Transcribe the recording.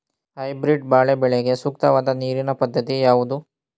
Hybrid ಬಾಳೆ ಬೆಳೆಗೆ ಸೂಕ್ತವಾದ ನೀರಿನ ಪದ್ಧತಿ ಯಾವುದು?